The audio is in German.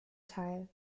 teil